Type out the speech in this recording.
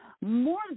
more